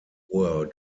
were